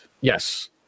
yes